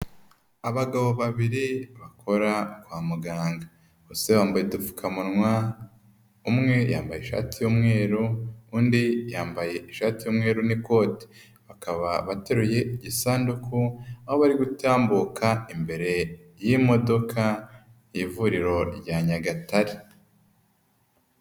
Abagabo babiri bakora kwa muganga. Bose bambaye udupfukamunwa, umwe yambaye ishati y'umweru, undi yambaye ishati y'umweru n'ikote. Bakaba bateruye igisanduku aho bari gutambuka imbere y'imodoka y'ivuriro rya Nyagatare.